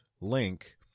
Link